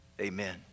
Amen